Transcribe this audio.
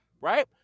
right